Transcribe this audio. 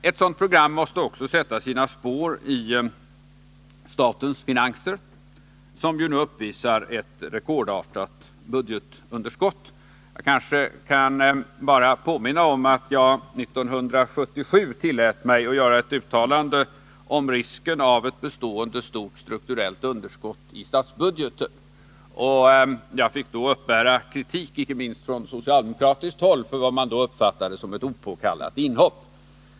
Ett sådant program måste också sätta sina spår i statens finanser, som nu uppvisar ett rekordartat budgetunderskott. Jag kan påminna om att jag 1977 tillät mig göra ett uttalande om risken med ett bestående stort strukturellt underskott i statsbudgeten. Jag fick då uppbära kritik, icke minst från socialdemokratiskt håll, för vad man uppfattade som ett opåkallat inhopp.